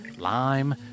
Lime